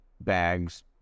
bags